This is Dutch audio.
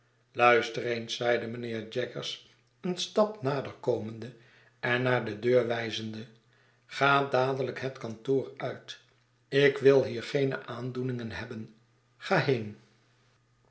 eens zeide mijnheer jaggers een stap nader komnde en naar de deur wijzende ga dadelijk het kantoor uit ik wil hie geene aandoeningen hebben ga heen